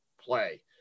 play